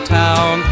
town